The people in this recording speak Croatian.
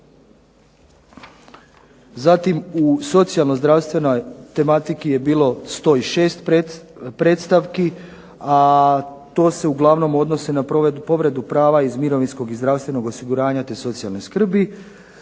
zatim u socijalno-zdravstvenoj tematici je bilo 106 predstavki, a to se uglavnom odnosi na povredu prava iz mirovinskog i zdravstvenog osiguranja te socijalne skrbi.